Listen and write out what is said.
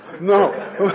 No